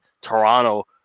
Toronto